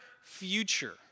future